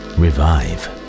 revive